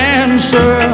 answer